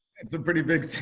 it's a pretty big so